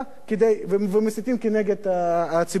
ומסיתים כנגד ציבור אחר.